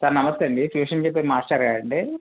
sir నమస్తే అండి tuition చెప్పే మాస్టారు గారండి